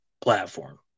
platform